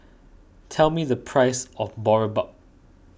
tell me the price of Boribap